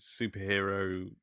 superhero